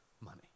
money